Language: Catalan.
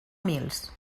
mils